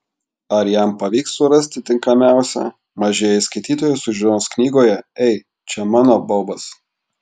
ar jam pavyks surasti tinkamiausią mažieji skaitytojai sužinos knygoje ei čia mano baubas